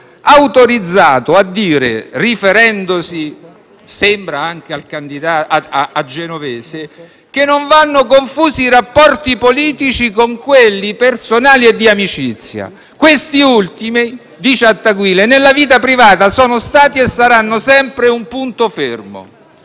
autorizzato a dire, riferendosi a Genovese, che non vanno confusi i rapporti politici con quelli personali e di amicizia. Questi ultimi - dice Attaguile - nella vita privata sono stati e saranno sempre un punto fermo.